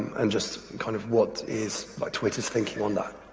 and just kind of what is twitter's thinking on that?